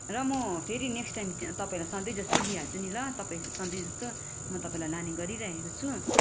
र म फेरि नेक्स्ट टाइम तपाईँलाई सधैँ जस्तो लिइहाल्छु नि ल तपाई सधैँ जस्तो म तपाईँलाई लाने गरिरहेको छु